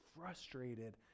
frustrated